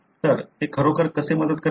तर ते खरोखर कसे मदत करते